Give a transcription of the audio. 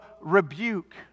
rebuke